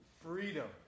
Freedom